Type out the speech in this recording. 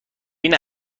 این